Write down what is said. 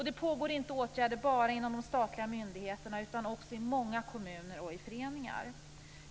Det pågår åtgärder inte bara inom de statliga myndigheterna utan också i många kommuner och föreningar.